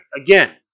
Again